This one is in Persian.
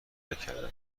نکردم